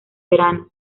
verano